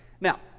Now